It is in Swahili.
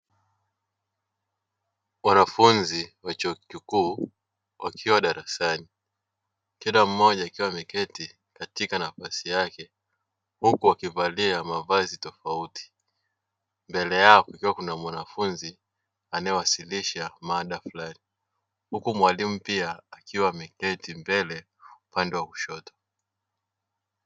Wanafunzi wa chuo kikuu wakiwa darasani kila mmoja akiwa ameketi katika nafasi yake huku wakivalia mavazi tofauti, mbele yao kukiwa kuna mwanafunzi anayewasilisha mada fulani huku mwalimu pia akiwa ameketi mbele upande wa kushoto.